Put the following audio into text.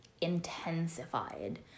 intensified